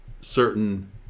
certain